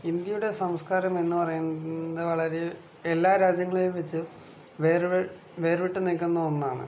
ഇന്ത്യയുടെ സംസ്കാരം എന്ന് പറയുന്നത് വളരെ എല്ലാ രാജ്യങ്ങളെയും വെച്ച് വേർപ്പെട്ട് നിൽക്കുന്ന ഒന്നാണ്